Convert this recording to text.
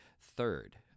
Third